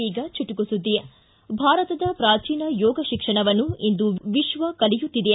ಈಗ ಚುಟುಕು ಸುದ್ದಿ ಭಾರತದ ಪ್ರಾಚೀನ ಯೋಗ ಶಿಕ್ಷಣವನ್ನು ಇಂದು ವಿಶ್ವವು ಕಲಿಯುತ್ತಿದೆ